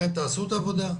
לכן תעשו את העבודה,